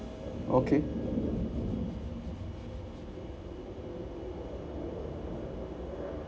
okay